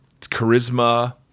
charisma